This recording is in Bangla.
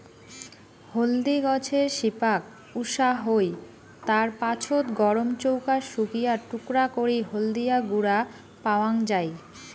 হলদি গছের শিপাক উষা হই, তার পাছত গরম চৌকাত শুকিয়া টুকরা করি হলদিয়া গুঁড়া পাওয়াং যাই